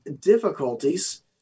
difficulties